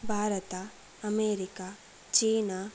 Bharata America China